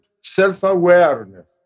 self-awareness